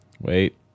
Wait